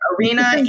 Arena